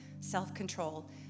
self-control